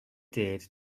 did